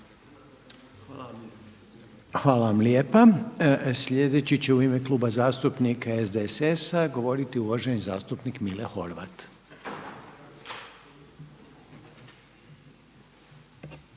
Hvala vam lijepa. Sljedeći će u ime Kluba zastupnika SDSS-a govoriti uvaženi zastupnik Mile Horvat.